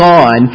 on